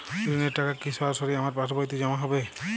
ঋণের টাকা কি সরাসরি আমার পাসবইতে জমা হবে?